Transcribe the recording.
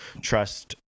trust